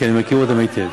כי אני מכיר אותם היטב.